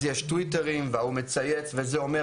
אז יש טוויטרים וההוא מצייץ וזה אומר.